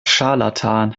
scharlatan